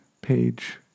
page